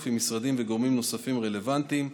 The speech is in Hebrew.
עם משרדים וגורמים נוספים רלוונטיים.